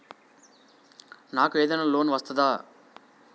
నాకు ఏదైనా లోన్ వస్తదా?